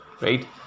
right